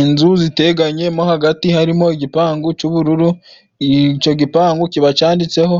Inzu ziteganye mo hagati harimo igipangu cy'ubururu, ico gipangu kiba cyananditseho